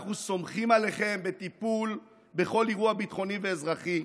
אנחנו סומכים עליכם בטיפול בכל אירוע ביטחוני ואזרחי.